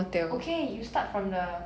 okay you start from the